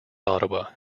ottawa